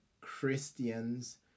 christians